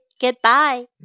goodbye